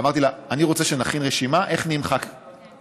ואמרתי לה: אני רוצה שנכין רשימה איך נהיים ח"כ טוב.